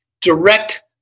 direct